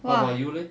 what about you leh